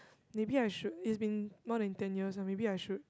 maybe I should it's been more than ten years maybe I should